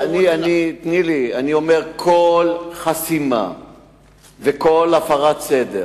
אני אומר שכל חסימה וכל הפרת סדר